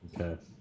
Okay